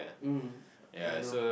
um I know